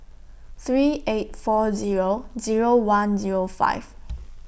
three eight four Zero Zero one Zero five